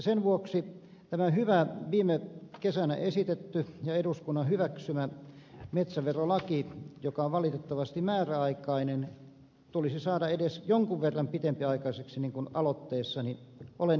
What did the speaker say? sen vuoksi tämä hyvä viime kesänä esitetty ja eduskunnan hyväksymä metsäverolaki joka on valitettavasti määräaikainen tulisi saada edes jonkun verran pitempiaikaiseksi niin kuin aloitteessani olen esittänyt